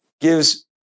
gives